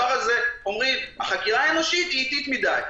אומרים: החקירה האנושית היא איטית מדי.